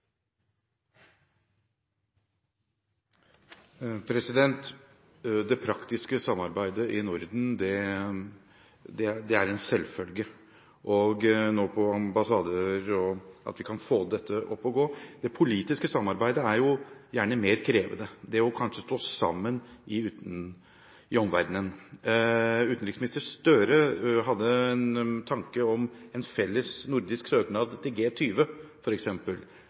en selvfølge, og ambassader kan få dette opp å gå. Det politiske samarbeidet er gjerne mer krevende – kanskje det å stå sammen i omverdenen. Tidligere utenriksminister Gahr Støre hadde en tanke om en felles nordisk søknad til